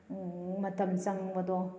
ꯃꯇꯝ ꯆꯪꯕꯗꯣ